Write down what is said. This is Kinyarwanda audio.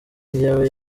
njyewe